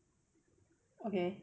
okay